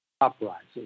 uprising